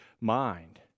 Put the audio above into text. mind